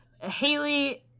Haley